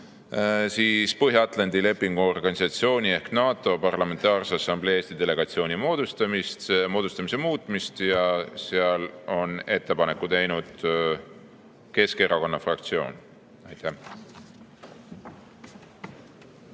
Põhja-Atlandi Lepingu Organisatsiooni ehk NATO Parlamentaarse Assamblee Eesti delegatsiooni muutmist, ja seal on ettepaneku teinud Keskerakonna fraktsioon. Aitäh!